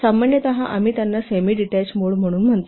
सामान्यत आम्ही त्यांना सेमीडीटेच मोड म्हणून म्हणतो